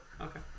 okay